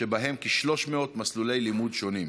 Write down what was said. שבהם כ-300 מסלולי לימוד שונים.